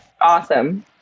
Awesome